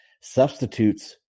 Substitutes